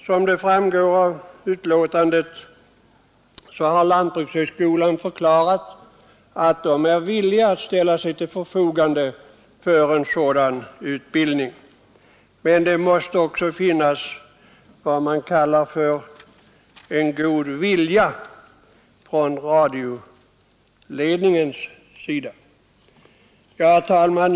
Som framgår av betänkandet har lantbrukshögskolan förklarat sig villig att ställa sig till förfogande för en sådan utbildning. Men det måste också finnas vad man kallar för en god vilja från radioledningens sida. Herr talman!